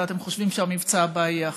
ואתם חושבים שהמבצע הבא יהיה אחרת?